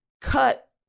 cut